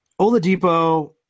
Oladipo